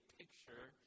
picture